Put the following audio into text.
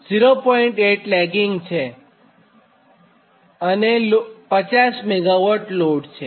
8 power factor lagging પર 50 MW છે